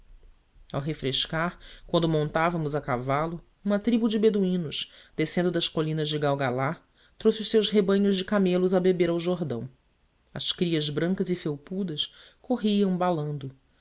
ao refrescar quando montávamos a cavalo uma tribo de beduínos descendo das colinas de galgalá trouxe os seus rebanhos de camelos a beber ao jordão as crias brancas e felpudas corriam balando